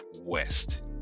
West